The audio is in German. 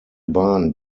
bahn